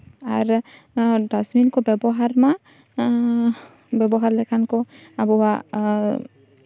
ᱟᱨ dustbin ᱠᱚ ᱵᱮᱵᱚᱦᱟᱨ ᱢᱟ ᱵᱮᱵᱚᱦᱟᱨ ᱞᱮᱠᱷᱟᱱ ᱠᱚ ᱟᱵᱚᱣᱟᱜ